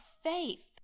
faith